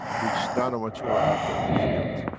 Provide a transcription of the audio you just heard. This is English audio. which nano material have their own fields.